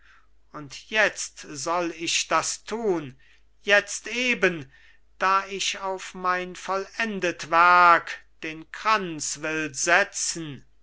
und jetzt soll ich das tun jetzt eben da ich auf mein vollendet werk den kranz will setzen